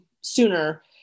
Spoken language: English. sooner